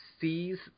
sees